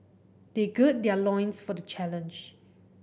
they gird their loins for the challenge